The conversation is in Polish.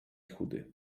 chudy